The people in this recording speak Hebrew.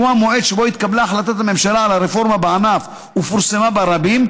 המועד שבו התקבלה החלטת הממשלה על הרפורמה בענף ופורסמה ברבים,